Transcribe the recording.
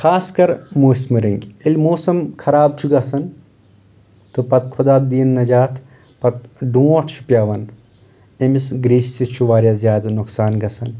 خاص کر موسمہِ رنٛگۍ ییٚلہِ موسم خراب چھُ گژھان تہٕ پتہٕ خۄدا دِیِن نجات پتہٕ ڈۄٹھ چھُ پٮ۪وان أمِس گریستِس چھُ واریاہ زیادٕ نۄقصان گژھان